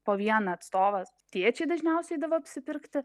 po vieną atstovas tėčiai dažniausiai eidavo apsipirkti